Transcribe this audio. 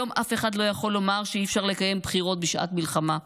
היום אף אחד לא יכול לומר שאי-אפשר לקיים בחירות בשעת מלחמה.